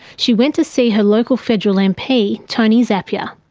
she went to see her local federal mp tony zappia.